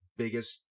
biggest